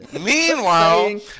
Meanwhile